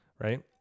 right